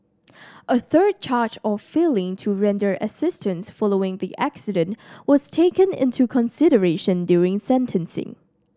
a third charge of failing to render assistance following the accident was taken into consideration during sentencing